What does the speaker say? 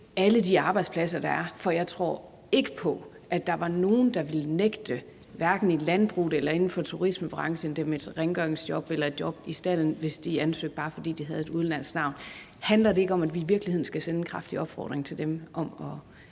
alle de arbejdspladser, der er? For jeg tror ikke på, at der var nogen, hverken i landbruget eller inden for turismebranchen, der ville nægte dem et rengøringsjob eller et job i stalden, hvis de ansøgte, bare fordi de havde et udenlandsk navn. Handler det ikke om, at vi i virkeligheden skal sende en kraftig opfordring til dem om at